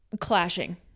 clashing